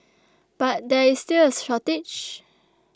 but there is still a shortage